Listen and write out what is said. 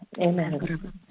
Amen